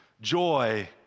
Joy